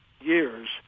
years